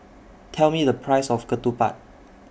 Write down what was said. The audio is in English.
Tell Me The Price of Ketupat